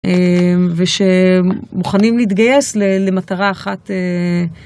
אאמ.. וש..מוכנים להתגייס למטרה אחת אהה.